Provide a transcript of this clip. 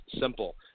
simple